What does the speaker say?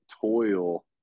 toil